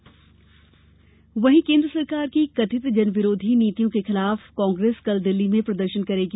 कांग्रेस आंदोलन केन्द्र सरकार की कथित जनविरोधी नीतियों के खिलाफ कांग्रेस कल दिल्ली में प्रदर्शन करेगी